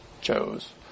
chose